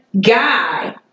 guy